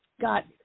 got